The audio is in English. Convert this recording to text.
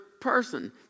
person